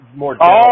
more